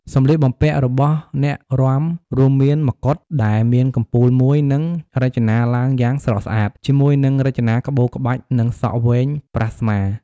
សម្លៀកបំពាក់របស់អ្នករាំរួមមានមកុដដែលមានកំពូលមួយ និងរចនាឡើងយ៉ាងស្រស់ស្អាត ជាមួយនឹងរចនាក្បូរក្បាច់ និងសក់វែងប្រះស្មា។